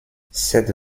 cette